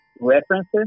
references